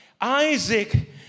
Isaac